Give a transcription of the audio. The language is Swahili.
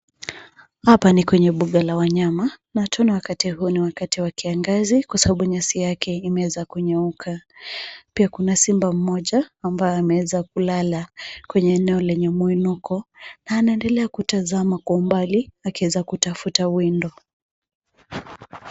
Hapa ni kwenye mbunga la wanyama na tunaona wakati huu ni wakati wa kiangazi kwa sababu nyasi yake imeweza kunyauka. Pia kuna simba mmoja ambaye ameweza kulala kwenye eneo lenye mwinuko na anaendelea kutazama kwa umbali akiweza kutafuta windo.